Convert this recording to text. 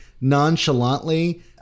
nonchalantly